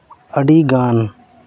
ᱟᱹᱰᱤ ᱜᱟᱱ